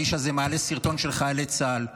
האיש הזה מעלה סרטון של חיילי צה"ל וכותב: